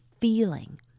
feeling